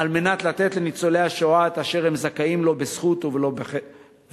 על מנת לתת לניצולי השואה את אשר הם זכאים לו בזכות ולא בחסד.